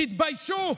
תתביישו.